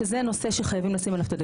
שזה נושא שחייבים לשים עליו את הדגש.